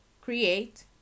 create